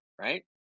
right